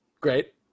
Great